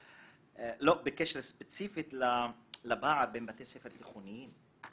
לא בקשר ספציפי לפער בין בתי ספר תיכוניים.